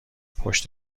پشت